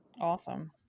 Awesome